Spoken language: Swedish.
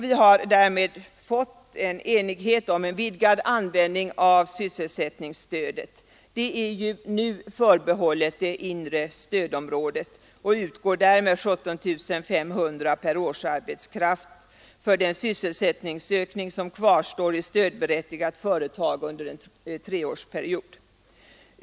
Vi har därmed i utskottet blivit eniga om en vidgad användning av sysselsättningsstödet. Sysselsättningsstödet är ju nu förbehållet det inre stödområdet. Stödet utgår med sammanlagt 17 500 kronor per årsarbetskraft för den sysselsättningsökning som kvarstår i stödberättigat företag under en treårsperiod.